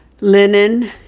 Linen